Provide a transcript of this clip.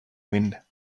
wind